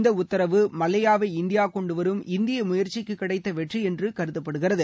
இந்த உத்த்ரவு மல்லையாவை இந்தியா கொண்டுவரும் இந்திய முயற்சிக்கு கிடைத்த வெற்றி என்று கருதப்படுகிறது